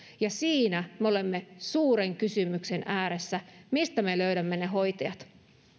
ja siinä me olemme suuren kysymyksen äärellä mistä me löydämme ne hoitajat